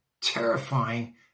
terrifying